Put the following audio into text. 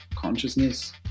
consciousness